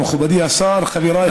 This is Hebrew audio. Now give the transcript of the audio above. מכובדי השר, חבריי חברי הכנסת.